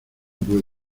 puedo